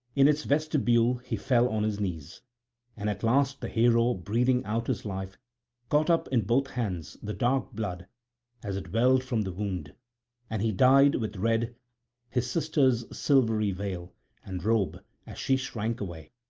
in its vestibule he fell on his knees and at last the hero breathing out his life caught up in both hands the dark blood as it welled from the wound and he dyed with red his sister's silvery veil and robe as she shrank away.